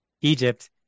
Egypt